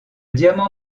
diamant